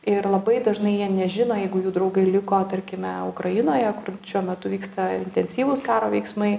ir labai dažnai jie nežino jeigu jų draugai liko tarkime ukrainoje kur šiuo metu vyksta intensyvūs karo veiksmai